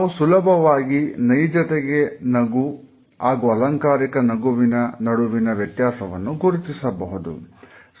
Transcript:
ನಾವು ಸುಲಭವಾಗಿ ನೈಜತೆಗೆ ನಗು ಹಾಗೂ ಅಲಂಕಾರಿಕ ನಗುವಿನ ನಡುವಿನ ವ್ಯತ್ಯಾಸವನ್ನು ಗುರುತಿಸಬಹುದು